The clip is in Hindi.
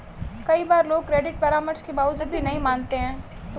कई बार लोग क्रेडिट परामर्श के बावजूद भी नहीं मानते हैं